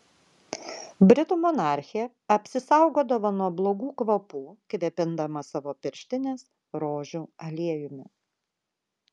britų monarchė apsisaugodavo nuo blogų kvapų kvėpindama savo pirštines rožių aliejumi